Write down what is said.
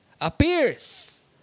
Appears